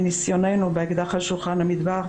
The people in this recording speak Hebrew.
מניסיוננו ב"אקדח על שולחן המטבח",